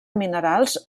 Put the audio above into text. minerals